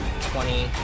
Twenty